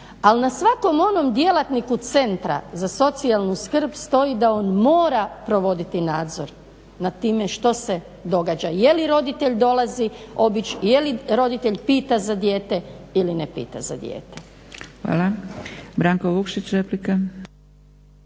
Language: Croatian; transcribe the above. ali na svakom onom djelatniku Centra za socijalnu skrb stoji da on mora provoditi nadzor nad time što se događa, je li roditelj dolazi obići, je li roditelj pita za dijete ili ne pita za dijete. **Zgrebec, Dragica